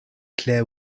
clear